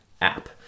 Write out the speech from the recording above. app